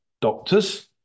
doctors